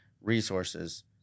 resources